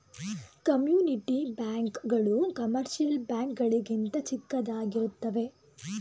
community bank ಗಳು commercial bank ಗಳಿಗಿಂತ ಚಿಕ್ಕದಾಗಿರುತ್ತವೆ